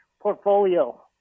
portfolio